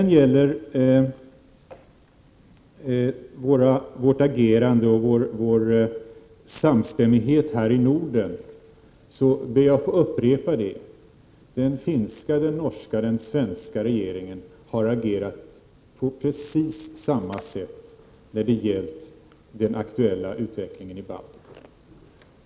Vad gäller vårt handlande och vår samstämmighet i Norden ber jag att få upprepa: Den finska, norska och svenska regeringen har agerat på precis samma sätt när det har gällt den aktuella utvecklingen i Baltikum.